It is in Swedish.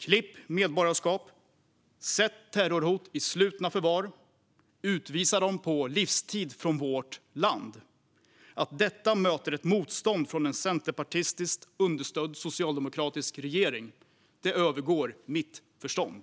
Klipp medborgarskap! Sätt terrorhot i slutna förvar! Utvisa dem på livstid från vårt land! Att detta möter ett motstånd från en centerpartistiskt understödd socialdemokratisk regering övergår mitt förstånd.